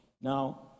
now